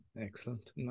Excellent